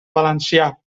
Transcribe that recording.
valencià